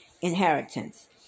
inheritance